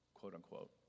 quote-unquote